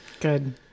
Good